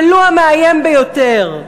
ולו המאיים ביותר.